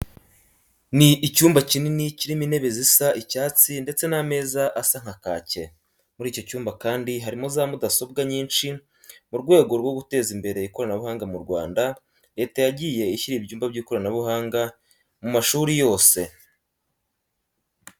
Ni icyumba kinini kirimo intebe zisa icyatsi ndetse n'ameza asa nka kake. Muri icyo cyumba kandi harimo za mudasobwa nyinshi. Mu rwego rwo guteza imbere ikoranabuhanga mu Rwanda Leta yagiye ishyira ibyumba by'ikoranabuhanga mu mashuri yose.